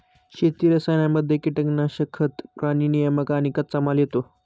शेती रसायनांमध्ये कीटनाशक, खतं, प्राणी नियामक आणि कच्चामाल येतो